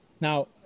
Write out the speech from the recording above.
Now